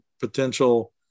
potential